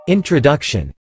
Introduction